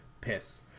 piss